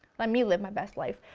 let me live my best life.